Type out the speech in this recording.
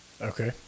Okay